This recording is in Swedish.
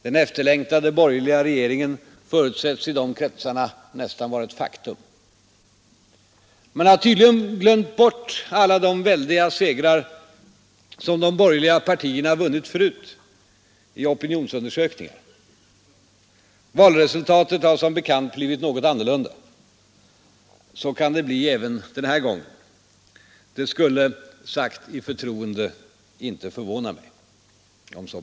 Den efterlängtade borgerliga regeringen förut kretsar nästan vara ett faktum. Man har tydligen glömt alla de väldiga segrar som de borgerliga partierna vunnit förut i opinionsundersökningar. Valresultatet har som bekant blivit något annorlunda. Så kan det bli även denna gång. Det skulle — sagt i förtroende — inte förvåna mig.